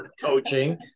Coaching